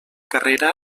carrera